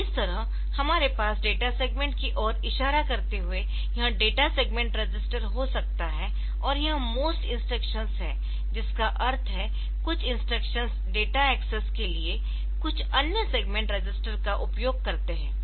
तो इस तरह हमारे पास डेटा सेगमेंट की ओर इशारा करते हुए यह डेटा सेगमेंट रजिस्टर हो सकता है और यह मोस्ट इंस्ट्रक्शंस है जिसका अर्थ है कुछ इंस्ट्रक्शंस डेटा एक्सेस के लिए कुछ अन्य सेगमेंट रजिस्टर का उपयोग करते है